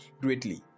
greatly